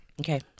Okay